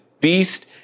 Beast